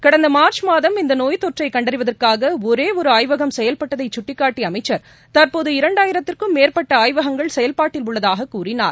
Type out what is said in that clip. கடந்த மார்ச் மாதம் இந்த நோய் தொற்றை கண்டறிவதற்காக ஒரே ஒரு ஆய்வகம் செயல்பட்டதை சுட்டிக்காட்டிய அமைச்சர் தற்போது இரண்டாயிரத்திற்கும் மேற்பட்ட ஆய்வகங்கய் செயல்பாட்டில் உள்ளதாக அவர் கூறினார்